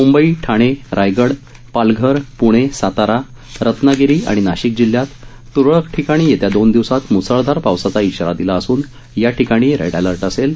मुंबई ठाणे रायगड पालघर प्णे सातारा रत्नागिरी आणि नाशिक जिल्ह्यात त्रळक ठिकाणी येत्या दोन दिवसांत म्सळधार पावसाचा इशारा दिला असून या ठिकाणी रेड अलर्ट असेल